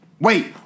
Wait